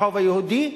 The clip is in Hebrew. ברחוב היהודי,